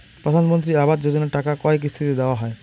প্রধানমন্ত্রী আবাস যোজনার টাকা কয় কিস্তিতে দেওয়া হয়?